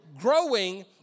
growing